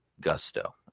gusto